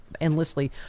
endlessly